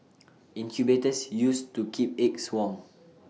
incubators used to keep eggs warm